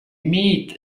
meet